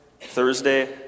Thursday